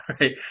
right